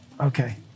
Okay